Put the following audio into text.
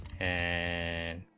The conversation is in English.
and